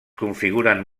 configuren